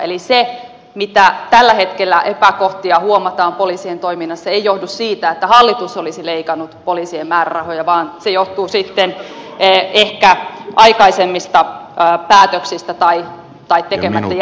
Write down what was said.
eli se mitä epäkohtia tällä hetkellä huomataan poliisien toiminnassa ei johdu siitä että hallitus olisi leikannut poliisien määrärahoja vaan se johtuu sitten ehkä aikaisemmista päätöksistä tai tekemättä jättämisistä